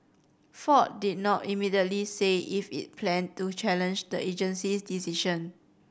ford did not immediately say if it planned to challenge the agency's decision